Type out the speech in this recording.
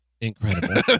incredible